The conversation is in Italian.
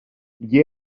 gli